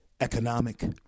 economic